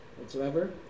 whatsoever